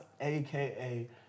AKA